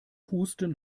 husten